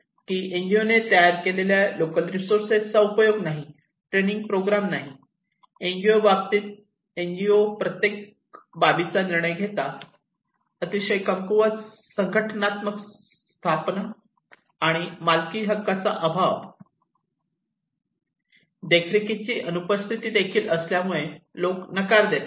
की एनजीओने तयार केलेल्या लोकल रिसोर्सेस चा उपयोग नाही ट्रेनिंग प्रोग्राम नाही एनजीओ प्रत्येक बाबीचा निर्णय घेतात अतिशय कमकुवत संघटनात्मक स्थापना आणि मालकी हक्काचा अभाव देखरेखीची अनुपस्थिती देखील असल्यामुळे लोक नकार देतात